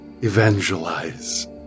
evangelize